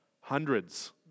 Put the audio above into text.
hundreds